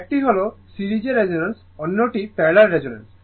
একটি হল সিরিজের রেজোন্যান্স অন্যটি প্যারালাল রেজোন্যান্স